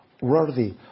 worthy